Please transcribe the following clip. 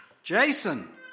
Jason